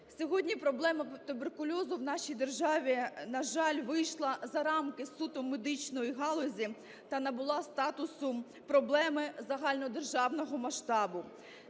Сьогодні проблема туберкульозу в нашій державі, на жаль, вийшла за рамки суто медичної галузі та набула статусу проблеми загальнодержавного масштабу.